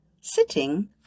sitting